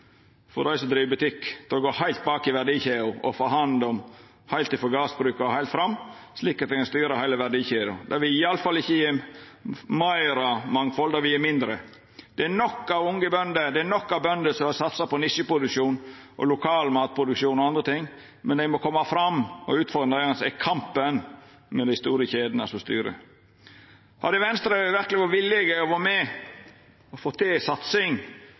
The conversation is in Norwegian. til å gå heilt bak i verdikjeda og få hand om og styra verdikjeda frå gardsbruket og heilt fram. Det vil i alle fall ikkje gje større mangfald, det vil gje mindre. Det er nok av bønder som har satsa på nisjeproduksjon, lokal matproduksjon og andre ting, men dei må koma fram. Utfordringa deira er kampen med dei store kjedene, som styrer. Hadde Venstre verkeleg vore villige til å vera med på å få til ei satsing